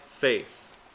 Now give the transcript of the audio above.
Faith